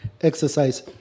exercise